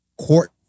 court